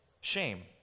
shame